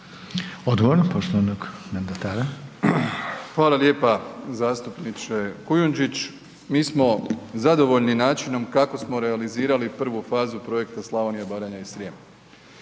Andrej (HDZ)** Hvala lijepa, zastupniče Kujundžić. Mi smo zadovoljni načinom kako smo realizirali prvu fazu projekta „Slavonija, Baranja i Srijem“.